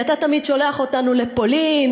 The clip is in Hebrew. אתה תמיד שולח אותנו לפולין,